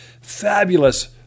Fabulous